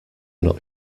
not